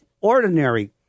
ordinary